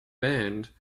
band